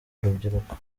urubyiruko